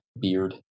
beard